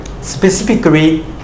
specifically